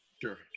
Sure